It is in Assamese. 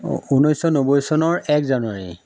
ঊনৈছশ নব্বৈ চনৰ এক জানুৱাৰী